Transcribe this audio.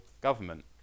government